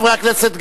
חברי הכנסת,